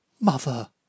mother